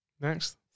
Next